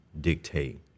dictate